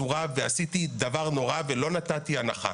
אסורה ועשיתי דבר נורא ולא נתתי הנחה,